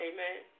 Amen